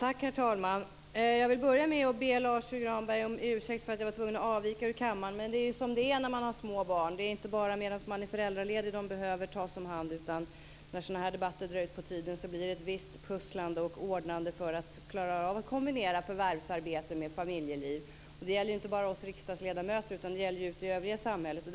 Herr talman! Jag vill börja med att be Lars U Granberg om ursäkt för att jag var tvungen att avvika ur kammaren. Men det är ju som det är när man har små barn - det är inte bara medan man är föräldraledig som de behöver tas om hand. När sådana här debatter drar ut på tiden blir det ett visst pusslande och ordnande för att klara av att kombinera förvärvsarbete med familjeliv. Det gäller inte bara oss riksdagsledamöter, utan det gäller ute i övriga samhället också.